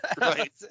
Right